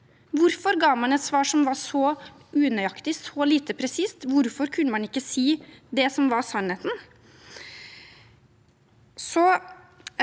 Hvorfor ga man et svar som var så unøyaktig, så lite presist? Hvorfor kunne man ikke si det som var sannheten?